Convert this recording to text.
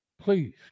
Please